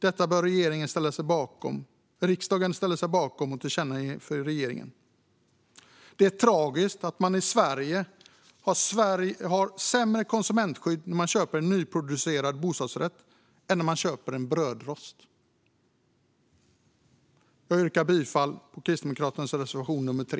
Detta bör riksdagen ställa sig bakom och tillkännage för regeringen. Det är tragiskt att man i Sverige har sämre konsumentskydd när man köper en nyproducerad bostadsrätt än när man köper en brödrost. Jag yrkar bifall till Kristdemokraternas reservation nr 3.